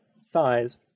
size